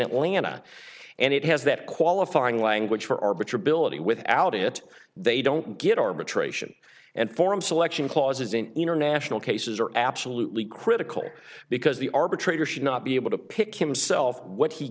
atlanta and it has that qualifying language for arbitrary billeted without it they don't get arbitration and form selection clauses in international cases are absolutely critical because the arbitrator should not be able to pick himself what he